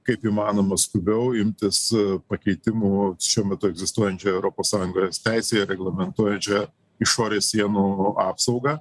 kaip įmanoma skubiau imtis pakeitimų šiuo metu egzistuojančioj europos sąjungos teisėje reglamentuojančioje išorės sienų apsaugą